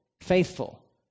faithful